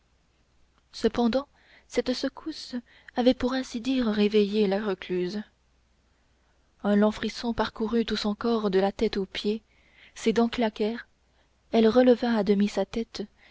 cependant cette secousse avait pour ainsi dire réveillé la recluse un long frisson parcourut tout son corps de la tête aux pieds ses dents claquèrent elle releva à